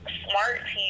smart